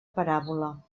paràbola